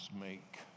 make